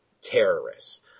terrorists